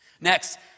Next